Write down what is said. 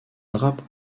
drapeau